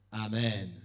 Amen